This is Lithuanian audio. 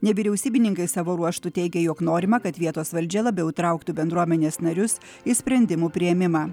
nevyriausybininkai savo ruožtu teigia jog norima kad vietos valdžia labiau įtrauktų bendruomenės narius į sprendimų priėmimą